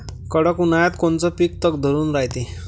कडक उन्हाळ्यात कोनचं पिकं तग धरून रायते?